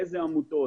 איזה עמותות,